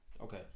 okay